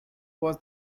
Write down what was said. was